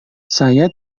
saya